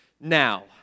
now